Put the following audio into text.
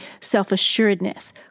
self-assuredness